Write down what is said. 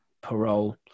parole